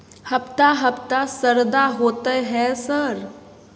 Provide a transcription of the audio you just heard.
हफ्ता हफ्ता शरदा होतय है सर?